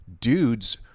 dudes